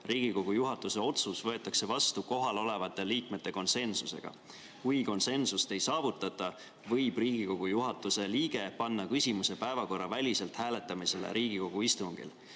Riigikogu juhatuse otsus võetakse vastu kohalolevate liikmete konsensusega. Kui konsensust ei saavutata, võib Riigikogu juhatuse liige panna küsimuse päevakorraväliselt hääletamisele Riigikogu istungil."